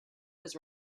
was